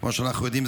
כמו שאנחנו יודעים,